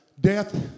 death